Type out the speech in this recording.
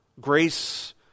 Grace